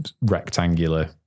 rectangular